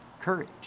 courage